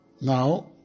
Now